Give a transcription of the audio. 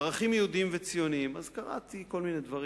ערכים יהודיים וציוניים, אז קראתי כל מיני דברים.